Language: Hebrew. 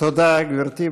תודה, גברתי.